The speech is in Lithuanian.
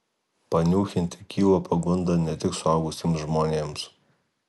paniūchinti kyla pagunda ne tik suaugusiems žmonėms